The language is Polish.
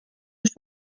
już